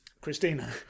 Christina